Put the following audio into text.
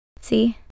See